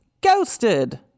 Ghosted